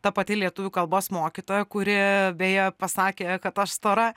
ta pati lietuvių kalbos mokytoja kuri beje pasakė kad aš stora